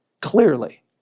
Clearly